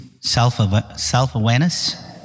Self-awareness